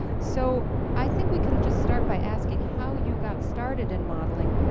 so i think we can just start by asking how you got started in modeling.